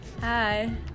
Hi